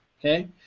okay